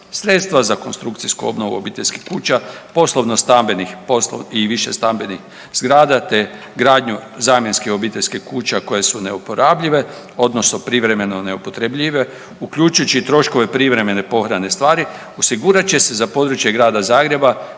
„Sredstva za konstrukcijsku obnovu obiteljskih kuća, poslovno stambenih i višestambenih zgrada te gradnju zamjenske obiteljske kuća koje su neuporabljive odnosno privremeno neupotrebljive uključujući i troškove privremene pohrane stvari osigurat će se za područje Grada Zagreba,